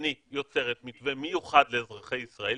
אני יוצרת מתווה מיוחד לאזרחי ישראל,